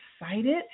excited